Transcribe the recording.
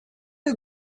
who